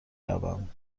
روم